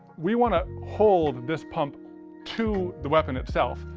we want to hold this pump to the weapon itself,